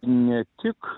ne tik